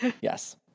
Yes